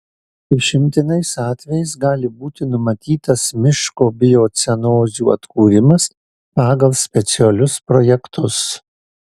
išimtiniais atvejais gali būti numatytas miško biocenozių atkūrimas pagal specialius projektus